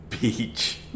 Beach